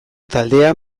taldea